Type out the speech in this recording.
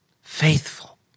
faithful